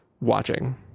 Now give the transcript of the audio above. watching